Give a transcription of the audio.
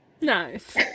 Nice